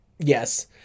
yes